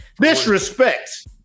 Disrespect